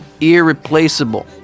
irreplaceable